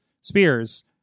Spears